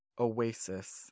oasis